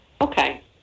Okay